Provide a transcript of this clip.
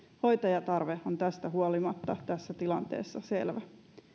hoitajatarve on tästä huolimatta tässä tilanteessa selvä